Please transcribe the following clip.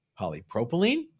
polypropylene